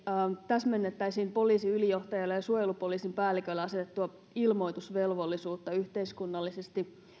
täsmennettäisiin poliisiylijohtajalle ja suojelupoliisin päällikölle asetettua ilmoitusvelvollisuutta yhteiskunnallisesti